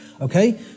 okay